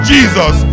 Jesus